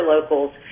locals